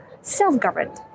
self-governed